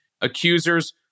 Accusers